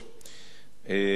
תודה,